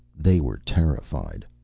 they were terrified.